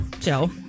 Joe